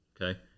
okay